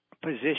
position